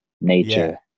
nature